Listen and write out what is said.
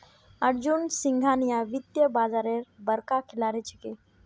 अर्जुन सिंघानिया वित्तीय बाजारेर बड़का खिलाड़ी छिके